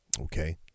Okay